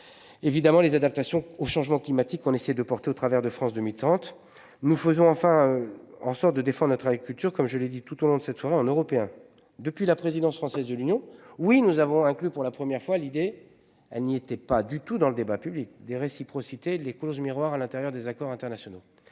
Évidemment les adaptation au changement climatique. On essaie de porter au travers de France 2030 nous faisons enfin en sorte de défendre notre agriculture comme je l'ai dit tout au long de cette soirée en européen depuis la présidence française de l'Union. Oui nous avons inclus pour la première fois, l'idée, elle n'était pas du tout dans le débat public de réciprocité les clauses miroirs à l'intérieur des accords internationaux.